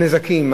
הנזקים,